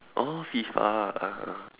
oh FIFA ah ah